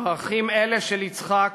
ערכים אלה של יצחק